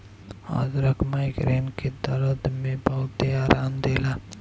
अदरक माइग्रेन के दरद में बहुते आराम देला